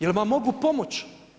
Jel vam mogu pomoć?